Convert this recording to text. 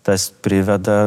tas priveda